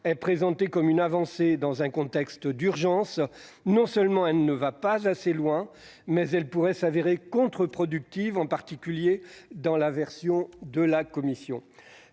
soit présentée comme une avancée dans un contexte d'urgence, non seulement elle ne va pas assez loin, mais elle pourrait s'avérer contre-productive, en particulier dans sa rédaction